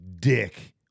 dick